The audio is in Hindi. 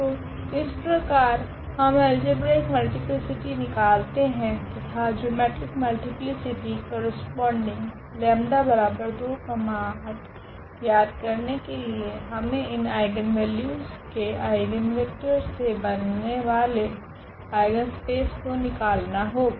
तो इस प्रकार हम अल्जेब्रिक मल्टीप्लीसिटी निकालते है तथा जिओमेट्रिक मल्टीप्लीसिटी करस्पोंडिंग ज्ञात करने के लिए हमे इन आइगनवेल्यूस के आइगनवेक्टर से बनाने वाले आइगनस्पेस को निकालना होगा